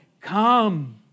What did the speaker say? Come